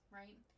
right